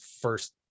first